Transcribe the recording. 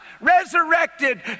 resurrected